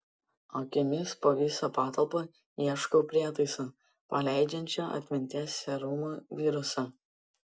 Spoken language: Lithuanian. akimis po visą patalpą ieškau prietaiso paleidžiančio atminties serumo virusą